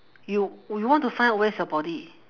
you would you want to find out where's your body